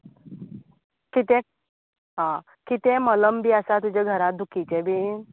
कितें हां कितें मलम बी आसा तुजे घरांत दुखीचें बीन